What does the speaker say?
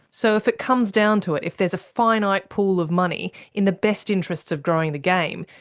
so if it comes down to it, if there's a finite pool of money, in the best interests of growing the game,